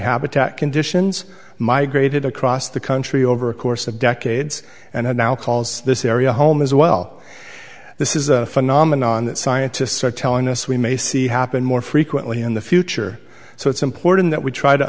habitat conditions migrated across the country over a course of decades and now calls this area home as well this is a phenomenon that scientists are telling us we may see happen more frequently in the future so it's important that we try to